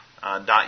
dot